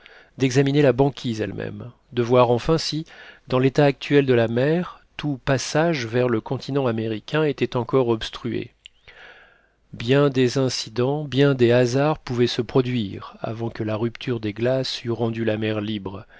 d'examiner la banquise elle-même de voir enfin si dans l'état actuel de la mer tout passage vers le continent américain était encore obstrué bien des incidents bien des hasards pouvaient se produire avant que la rupture des glaces eût rendu la mer libre